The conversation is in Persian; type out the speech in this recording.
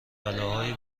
بلاهای